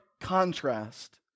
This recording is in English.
contrast